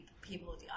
people